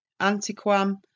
antiquam